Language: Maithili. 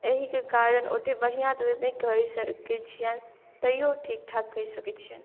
एहिके कारण ओतेक बढ़िआँ तऽ नहि कहि सकैत छियनि तैयो ठीक ठाक कहि सकैत छियनि